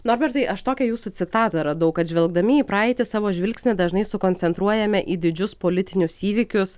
norbertai aš tokią jūsų citatą radau kad žvelgdami į praeitį savo žvilgsnį dažnai sukoncentruojame į didžius politinius įvykius